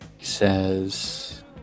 says